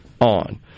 on